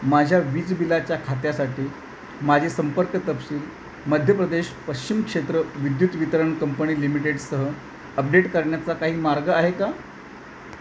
माझ्या वीज बिलाच्या खात्यासाठी माझे संपर्क तपशील मध्यप्रदेश पश्चिम क्षेत्र विद्युत वितरण कंपनी लिमिटेडसह अपडेट करण्याचा काही मार्ग आहे का